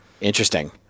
interesting